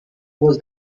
was